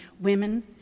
women